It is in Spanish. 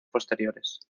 posteriores